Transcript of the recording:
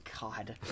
God